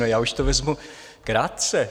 No, já už to vezmu krátce.